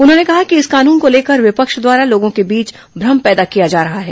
उन्होंने कहा कि इस कानून को लेकर विपक्ष द्वारा लोगों के बीच भ्रम पैदा किया जा रहा है